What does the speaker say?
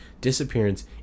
disappearance